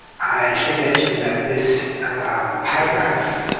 i should mention that this paragraph,